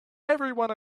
everyone